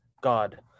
God